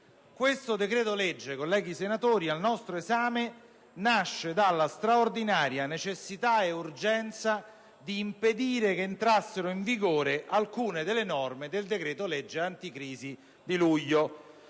il decreto-legge al nostro esame nasce dalla straordinaria necessità ed urgenza di impedire che entrassero in vigore alcune delle norme del decreto legge anticrisi di luglio.